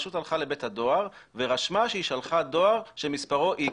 שהרשות הלכה לבית הדואר ורשמה שהיא שלמה דואר שמספרו איקס.